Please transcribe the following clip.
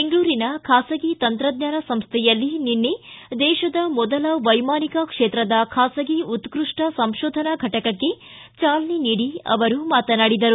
ಬೆಂಗಳೂರಿನ ಖಾಸಗಿ ತಂತ್ರಜ್ಞಾನ ಸಂಸ್ಥೆಯಲ್ಲಿ ನಿನ್ನೆ ದೇಶದಲ್ಲೇ ಮೊದಲ ಬಾರಿಗೆ ವೈಮಾನಿಕ ಕ್ಷೇತ್ರದ ಖಾಸಗಿ ಉತ್ತಷ್ಣ ಸಂಶೋಧನಾ ಘಟಕಕ್ಕೆ ಚಾಲನೆ ನೀಡಿ ಅವರು ಮಾತನಾಡಿದರು